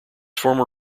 former